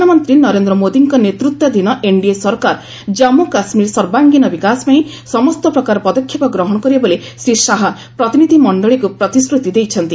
ପ୍ରଧାନମନ୍ତ୍ରୀ ନରେନ୍ଦ୍ର ମୋଦିଙ୍କ ନେତୃତ୍ୱାଧୀନ ଏନ୍ଡିଏ ସରକାର ଜନ୍ମୁ କାଶ୍ମୀର ସର୍ବାଙ୍ଗୀନ ବିକାଶ ପାଇଁ ସମସ୍ତ ପ୍ରକାର ପଦକ୍ଷେପ ଗ୍ରହଣ କରିବେ ବୋଲି ଶ୍ରୀ ଶାହା ପ୍ରତିନିଧି ମଣ୍ଡଳିକୁ ପ୍ରତିଶ୍ରତି ଦେଇଛନ୍ତି